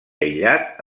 aïllat